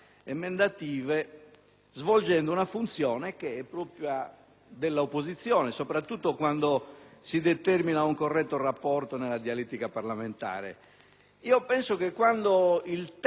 svolgendo una funzione che è propria dell'opposizione soprattutto quando si determina un corretto rapporto nella dialettica parlamentare. Penso che quando il testo della legge